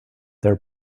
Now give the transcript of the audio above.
their